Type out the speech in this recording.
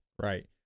Right